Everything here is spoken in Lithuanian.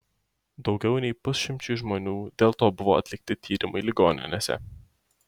daugiau nei pusšimčiui žmonių dėl to buvo atlikti tyrimai ligoninėse